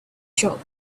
shop